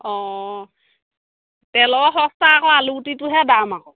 অঁ তেলৰ সস্তা আকৌ আলুগুটিটোহে দাম আকৌ